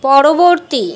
পরবর্তী